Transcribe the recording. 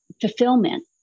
fulfillment